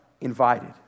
invited